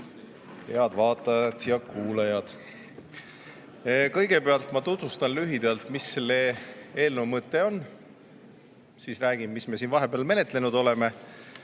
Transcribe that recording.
Head vaatajad ja kuulajad! Kõigepealt ma tutvustan lühidalt, mis selle eelnõu mõte on, siis räägin, mis me siin vahepeal menetlenud oleme,